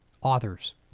Authors